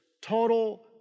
total